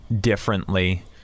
differently